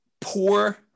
Poor